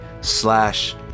slash